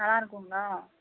நல்லாயிருக்குங்களா